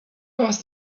was